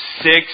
six